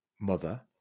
mother